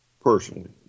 Personally